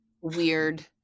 weird